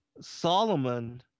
Solomon